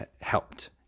helped